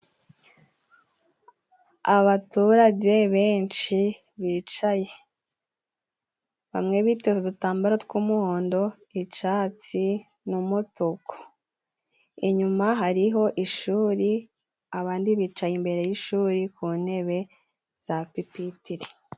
Abaturage benshi bicaye bamwe biteze udutambaro tw'umuhondo, icyatsi n'umutuku inyuma hariho ishuri, abandi bicaye imbere y'ishuri ku ntebe za pipitiri.